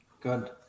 Good